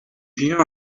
viens